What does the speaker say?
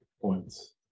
points